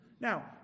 Now